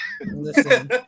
Listen